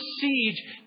siege